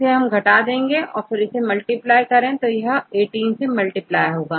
इसे हम घटाएंगे अब यदि इसे मल्टीप्लाई करें तो यह18 से मल्टीप्लाई होगा